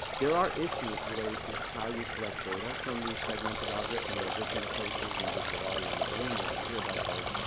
there are issues related to how you collect data from these segmented objects and there are different approaches and visual audio. and irene, you're going to hear about those,